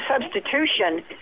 substitution